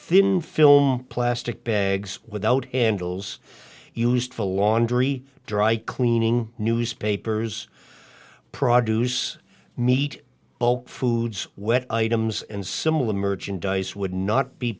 thin film plastic bags without angles used for laundry dry cleaning newspapers product meat bulk foods wet items and similar merchandise would not be